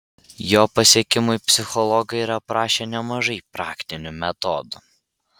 jo pasiekimui psichologai yra aprašę nemažai praktinių metodų